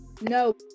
No